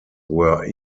were